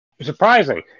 Surprising